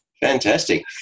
Fantastic